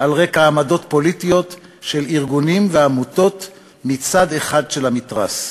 על רקע עמדות פוליטיות של ארגונים ועמותות מצד אחד של המתרס.